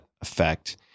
effect